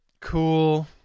Cool